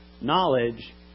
knowledge